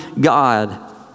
God